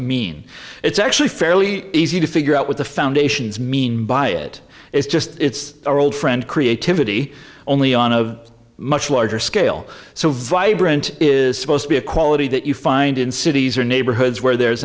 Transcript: mean it's actually fairly easy to figure out what the foundations mean by it is just our old friend creativity only on a much larger scale so vibrant is supposed to be a quality that you find in cities or neighborhoods where there's